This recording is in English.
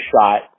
shot